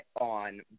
on